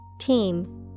Team